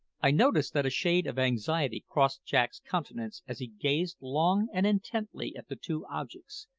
i noticed that a shade of anxiety crossed jack's countenance as he gazed long and intently at the two objects,